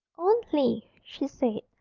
only, she said,